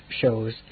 shows